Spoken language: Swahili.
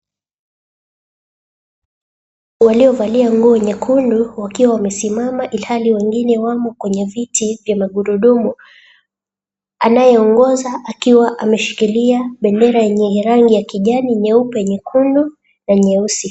Waliovalia nguo nyekundu wakiwa wamesimama ilhali wengine wamo kwenye viti vya magurudumu. Anayeongoza akiwa ameshikilia bendera yenye rangi ya kijani, nyeupe, nyekundu na nyeusi.